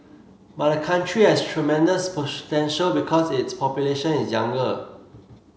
but the country has tremendous potential because its population is younger